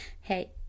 Hey